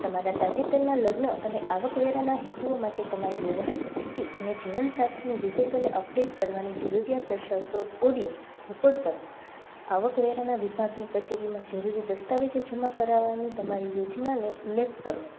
તમારા તાજેતરના લગ્ન અને આવકવેરા હેતુઓ માટે તમારી વૈવાહિક સ્થિતિ ને જીવનસાથીને વિગતોને અપડેટ કરવાની જરૂરિયાત દર્શાવતો ઓડિયો રેકોર્ડ કરો આવકવેરાના વિભાગની કચેરીમાં જરૂરી દસ્તાવેજો જમા કરાવવાની તમારી યોજનાને ઉલ્લેખ કરો